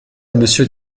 monsieur